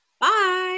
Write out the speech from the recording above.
Bye